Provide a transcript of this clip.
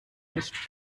nicht